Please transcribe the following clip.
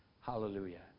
Hallelujah